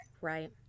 Right